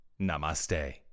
Namaste